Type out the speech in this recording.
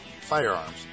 firearms